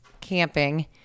camping